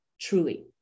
truly